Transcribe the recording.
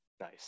Nice